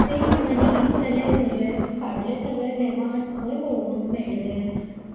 pay यू मनीतले म्हजें फाटले सगळे वेव्हार खंय पळोवंक मेळटले